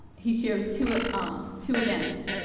he shares two ah ah two events,